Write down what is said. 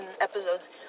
episodes